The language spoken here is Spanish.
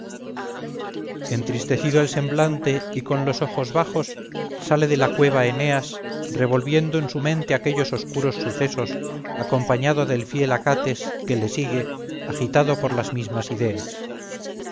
entristecido el semblante y con los ojos bajos sale de la cueva eneas revolviendo en su mente aquellos oscuros sucesos acompañado del fiel acates que le sigue agitado por las mismas ideas